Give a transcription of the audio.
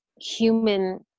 human